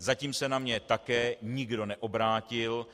Zatím se na mě také nikdo neobrátil.